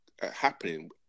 happening